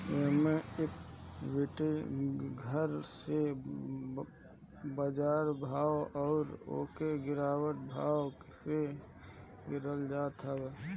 होमे equity घर के बाजार भाव अउरी ओके गिरवी भाव से निकालल जात हवे